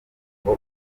ubwo